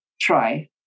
try